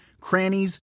crannies